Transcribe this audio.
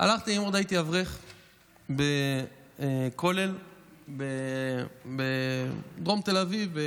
הלכתי ללמוד, הייתי אברך בכולל בדרום תל אביב,